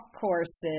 courses